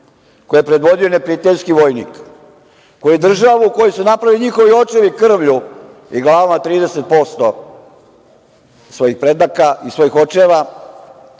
koje je predvodio neprijateljski vojnik koji je državu, koju su napravili njihovi očevi krvlju i glavama, 30% svojih predaka i svojih očeva…Dakle,